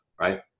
right